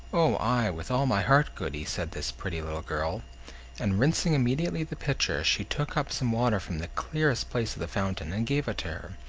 oh! ay, with all my heart, goody, said this pretty little girl and rinsing immediately the pitcher, she took up some water from the clearest place of the fountain, and gave it to her,